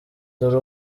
dore